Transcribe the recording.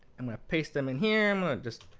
i'm going to paste them in here. i'm just